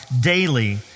daily